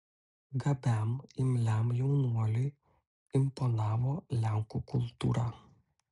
gabiam imliam jaunuoliui imponavo lenkų kultūra